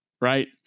right